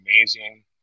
amazing